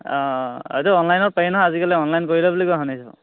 অঁ এইটো অনলাইনত পাৰি নহয় আজিকালি অনলাইন কৰিলে বুলি কোৱা শুনিছোঁ